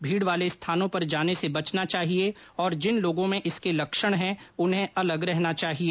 भीड वाले स्थानों पर जाने से बचना चाहिए और जिन लोगों में इसके लक्षण हैं उन्हें अलग रहना चाहिए